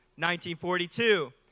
1942